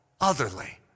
Otherly